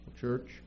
Church